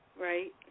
Right